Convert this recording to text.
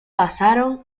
pasaron